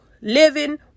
living